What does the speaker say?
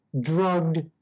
drugged